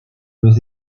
luis